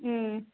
ம்